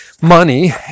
money